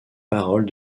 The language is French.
paroles